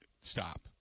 Stop